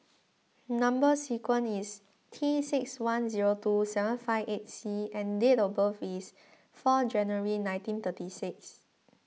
Number Sequence is T six one zero two seven five eight C and date of birth is four January nineteen thirty six